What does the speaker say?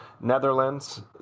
Netherlands